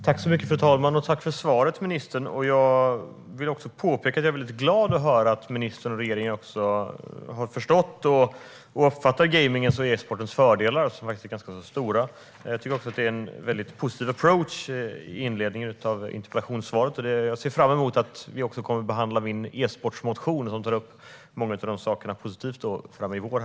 Fru talman! Tack för svaret, ministern! Jag är glad att höra att ministern och regeringen har förstått och uppfattar gamingens och e-sportens fördelar, som faktiskt är ganska stora. Jag tycker att det finns en positiv approach i inledningen till interpellationssvaret, och jag ser fram emot en positiv behandling av min e-sportmotion, som tar upp många av dessa saker, i vår.